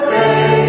day